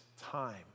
time